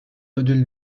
ödül